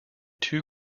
two